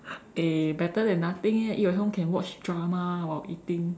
eh better than nothing eh eat at home can watch drama while eating